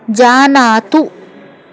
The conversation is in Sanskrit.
जानातु